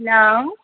hello